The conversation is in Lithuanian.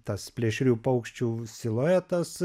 tas plėšrių paukščių siluetas